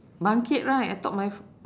bangkit right I thought my